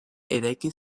eraiki